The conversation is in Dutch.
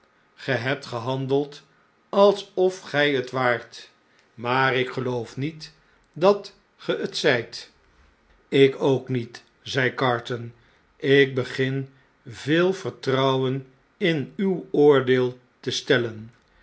ge hebt gehandeld alsofgij het waart maar ik geloof niet dat ge t zp jk ook niet zei carton ik begin veelvertrouwen in uw oordeel te stellen